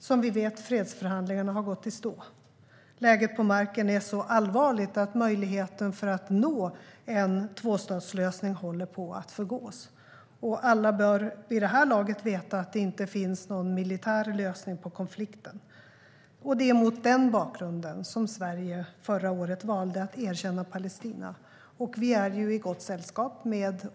Som vi vet har fredsförhandlingarna gått i stå. Läget på marken är så allvarligt att möjligheten att nå en tvåstatslösning håller på att förgås. Alla bör vid det här laget veta att det inte finns någon militär lösning på konflikten. Mot den bakgrunden valde Sverige förra året att erkänna Palestina. Och vi är i gott sällskap.